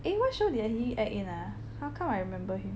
eh what show did he act in ah how come I remember him